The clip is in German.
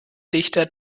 dichter